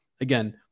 Again